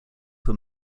were